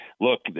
look